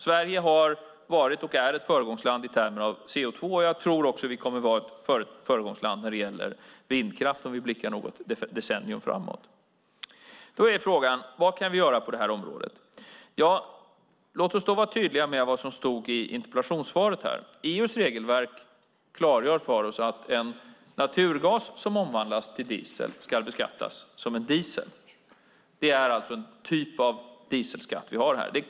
Sverige har varit och är ett föregångsland i termer av CO2, och jag tror att vi också kommer att vara ett föregångland när det gäller vindkraft om vi blickar något decennium framåt. Frågan är: Vad kan vi göra på området? Låt oss vara tydliga med vad som stod i interpellationssvaret. EU:s regelverk klargör för oss att en naturgas som omvandlas till diesel ska beskattas som en diesel. Det är alltså en typ av dieselskatt som vi har här.